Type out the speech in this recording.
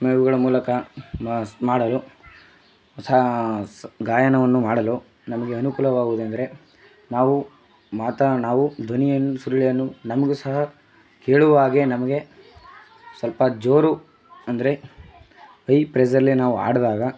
ಇವುಗಳ ಮೂಲಕ ಮಾಸ್ ಮಾಡಲು ಸಹ ಸ್ ಗಾಯನವನ್ನು ಮಾಡಲು ನಮಗೆ ಅನುಕೂಲವಾಗೋದೆಂದ್ರೆ ನಾವು ಮಾತಾ ನಾವು ಧ್ವನಿಯನ್ನು ಸುರುಳಿಯನ್ನು ನಮಗೂ ಸಹ ಕೇಳುವ ಹಾಗೆ ನಮಗೆ ಸಲ್ಪ ಜೋರು ಅಂದರೆ ಹೈ ಪ್ರೆಸರಲಿ ನಾವು ಆಡಿದಾಗ